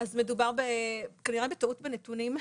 מדובר כנראה בטעות בנתונים.